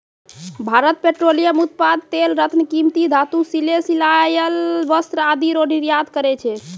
Bharat petroleum उत्पाद तेल रत्न कीमती धातु सिले सिलायल वस्त्र आदि रो निर्यात करै छै